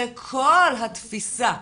וכל התפיסה,